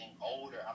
older